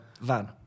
Van